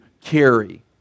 carry